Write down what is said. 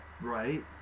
right